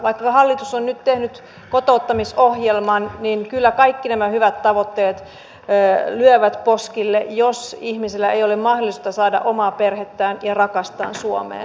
vaikka hallitus on nyt tehnyt kotouttamisohjelman niin kyllä kaikki nämä hyvät tavoitteet lyövät poskille jos ihmisillä ei ole mahdollisuutta saada omaa perhettään ja rakastaan suomeen